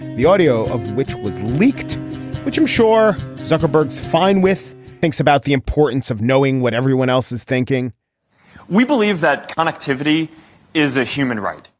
the audio of which was leaked which i'm sure zuckerberg is fine with thinks about the importance of knowing what everyone else is thinking we believe that connectivity is a human right.